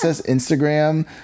Instagram